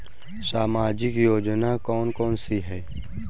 सामाजिक योजना कौन कौन सी हैं?